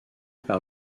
par